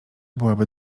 byłaby